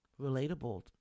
relatable